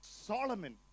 Solomon